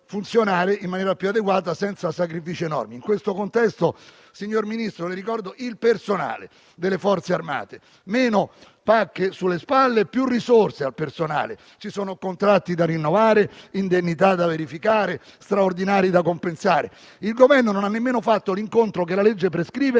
in maniera più adeguata, e senza sacrifici enormi. In questo contesto, signor Ministro, le ricordo il personale delle Forze armate, a favore del quale occorrono meno pacche sulle spalle e più risorse. Ci sono contratti da rinnovare, indennità da verificare e straordinari da compensare. Il Governo non ha nemmeno fatto l'incontro che la legge prescrive